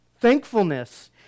Thankfulness